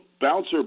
Bouncer